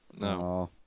No